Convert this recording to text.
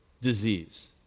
disease